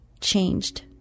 changed